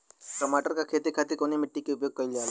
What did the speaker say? टमाटर क खेती खातिर कवने मिट्टी के उपयोग कइलजाला?